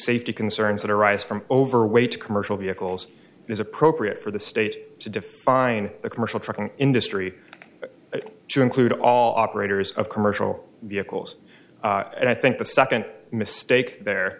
safety concerns that arise from overweight commercial vehicles is appropriate for the state to define the commercial trucking industry to include all operators of commercial vehicles and i think the second mistake there